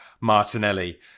Martinelli